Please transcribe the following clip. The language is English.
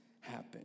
happen